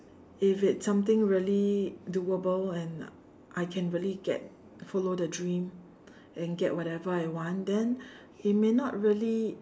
if it's something really doable and I can really get follow the dream and get whatever I want then it may not really